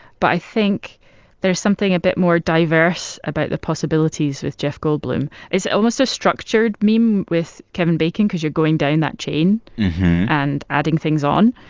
but i think there's something a bit more diverse about the possibilities with jeff goldblum. it's almost a structured meme with kevin bacon because you're going down that chain and adding things on.